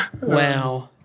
Wow